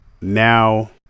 Now